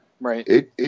Right